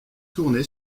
tournée